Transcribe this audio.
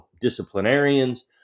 disciplinarians